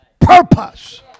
purpose